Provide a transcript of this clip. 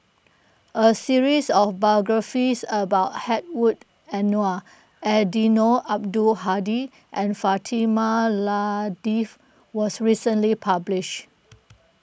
a series of biographies about Hedwig Anuar Eddino Abdul Hadi and Fatimah Lateef was recently published